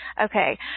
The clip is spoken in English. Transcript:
Okay